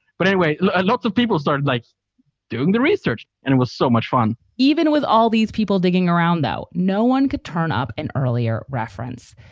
but anyway, a lot of people started like doing the research and it was so much fun even with all these people digging around, though, no one could turn up an earlier reference.